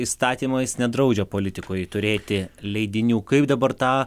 įstatymas nedraudžia politikui turėti leidinių kaip dabar tą